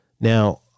Now